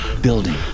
building